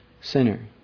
sinner